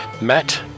Matt